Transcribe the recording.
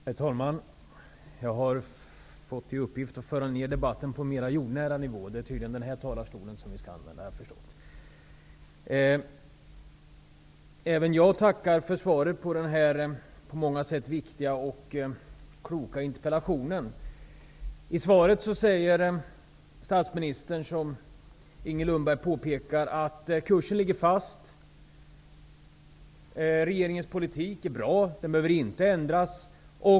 Herr talman! Jag har fått i uppgift att föra ned debatten på ett mer jordnära plan -- det är tydligen de talarstolar som används vid frågestunderna som vi skall använda här i dag. Även jag tackar för svaret på den här på många sätt viktiga och kloka interpellationen. I svaret säger statsministern, som Inger Lundberg påpekat, att kursen ligger fast; regeringens politik är bra -- den behöver inte ändras.